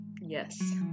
yes